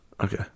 Okay